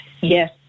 yes